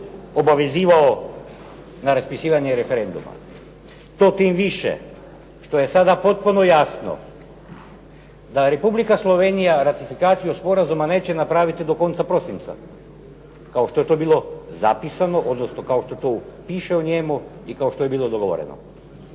obavezivao na raspisivanje referenduma? To tim više što je sada potpuno jasno da Republika Slovenija ratifikaciju sporazuma neće napraviti do konca prosinca kao što je to bilo zapisano, odnosno kao što to piše u njemu i kao što je bilo dogovoreno.